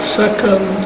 second